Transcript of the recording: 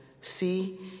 See